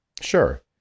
sure